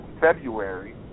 February